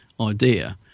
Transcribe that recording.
idea